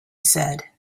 said